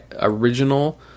original